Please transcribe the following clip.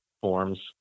forms